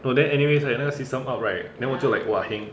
oh then anyways eh 那个 system up right 我就 like !wah! heng